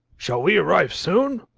shall we arrive soon?